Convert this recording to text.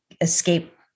escape